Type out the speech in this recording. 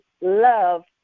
love